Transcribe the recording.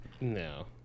No